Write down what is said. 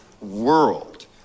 world